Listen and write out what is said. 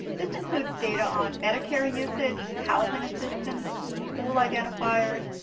this includes data on medicare usage, housing assistance, school identifiers,